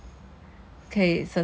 you can actually just